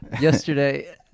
Yesterday